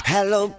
Hello